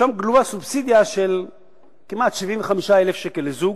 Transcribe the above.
שם גלומה סובסידיה של כמעט 75,000 שקל לזוג,